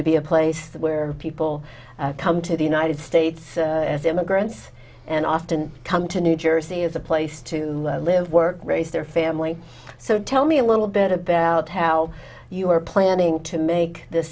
to be a place where people come to the united states as immigrants and often come to new jersey as a place to live work raise their family so tell me a little bit about how you were planning to make th